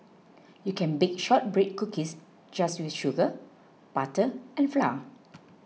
you can bake Shortbread Cookies just with sugar butter and flour